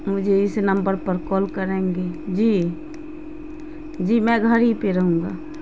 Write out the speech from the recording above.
مجھے اس نمبر پر کال کریں گے جی جی میں گھر ہی پہ رہوں گا